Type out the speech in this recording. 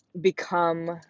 become